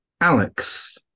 Alex